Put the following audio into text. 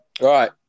Right